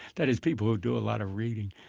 that is, people who do a lot of reading.